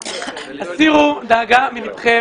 הסירו דאגה מליבכם.